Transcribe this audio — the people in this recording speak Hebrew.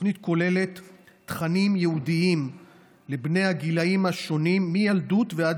התוכנית כוללת תכנים ייעודיים לבני הגילאים השונים מילדות ועד